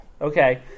okay